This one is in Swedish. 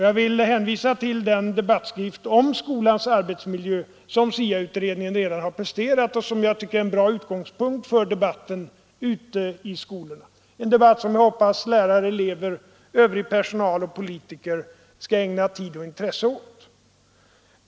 Jag vill hänvisa till den debattskrift om skolans arbetsmiljö som SIA-utredningen redan har presterat, som jag tycker är en bra utgångspunkt för debatten ute i skolorna — en debatt som jag hoppas att lärare, elever, övrig personal och politiker skall ägna tid och intresse åt.